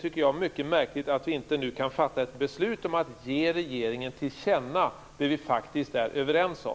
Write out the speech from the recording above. tycker jag att det är mycket märkligt att vi inte nu kan fatta ett beslut om att ge regeringen till känna det vi faktiskt är överens om.